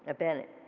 ah bennett.